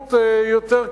המציאות היא יותר קשה.